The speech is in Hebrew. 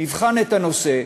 נבחן את הנושא,